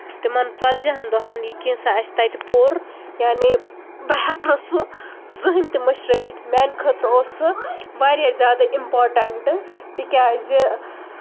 تِمن ژَتجۍ ہن دۄہَن یہِ کیٚنٛژھا اَسہِ تتہِ پوٚر یانے بہٕ ہیٚکہٕ نہٕ سُہ زٕہٕنٛے تہِ مٔشرٲوِتھ میٛانہِ خٲطرٕ اوس سُہ واریاہ زیادٕ اِمپارٹنٹہٕ تِکیٛازِ